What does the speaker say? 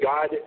God